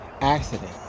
accident